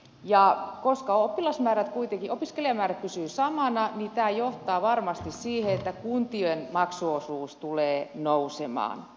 ja koska opiskelijamäärät pysyvät kuitenkin samana niin tämä johtaa varmasti siihen että kuntien maksuosuus tulee nousemaan